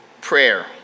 prayer